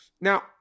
Now